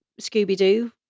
Scooby-Doo